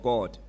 God